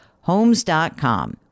Homes.com